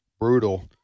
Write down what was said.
brutal